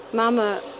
mama